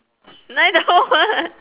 I don't want